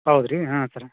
ಹೌದ್ ರೀ ಹಾಂ ಸರ